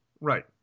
Right